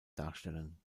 darstellen